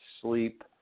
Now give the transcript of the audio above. sleep